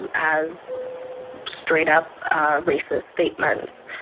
and as straight-up racist statements.